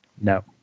no